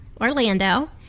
Orlando